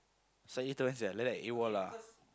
slightly later when's that like that AWOL lah